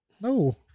No